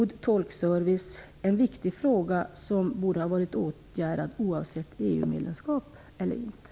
Den frågan borde ha blivit åtgärdad oavsett EU medlemskap eller inte.